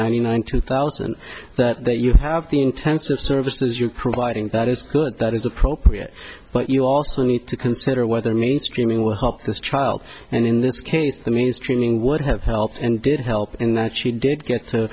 ninety nine two thousand and that you have the intensive services you're providing that is good that is appropriate but you also need to consider whether mainstreaming will help this child and in this case the mainstreaming would have helped and did help in that she did get to